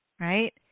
right